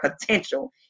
potential